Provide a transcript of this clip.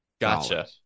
Gotcha